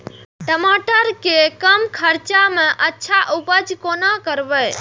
टमाटर के कम खर्चा में अच्छा उपज कोना करबे?